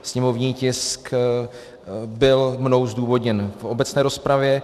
Sněmovní tisk byl mnou zdůvodněn v obecné rozpravě.